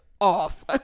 off